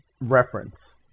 reference